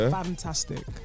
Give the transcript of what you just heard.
fantastic